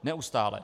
Neustále.